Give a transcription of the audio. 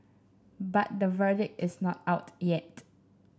but the verdict is not out yet